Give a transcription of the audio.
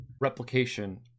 replication